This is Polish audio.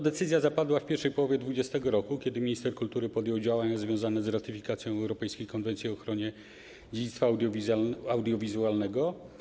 Decyzja zapadła w pierwszej połowie 2020 r., kiedy minister kultury podjął działania związane z ratyfikacją Europejskiej Konwencji o ochronie dziedzictwa audiowizualnego.